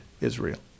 Israel